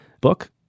book